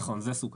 נכון, זה סוכם.